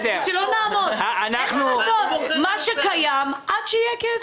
אין מה לעשות, מה שקיים עד שיהיה כסף.